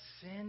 sin